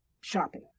shopping